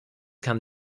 kann